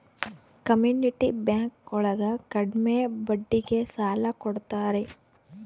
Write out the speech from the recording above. community bank ಒಳಗ ಕಡ್ಮೆ ಬಡ್ಡಿಗೆ ಸಾಲ ಕೊಡ್ತಾರೆ